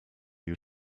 you